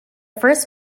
first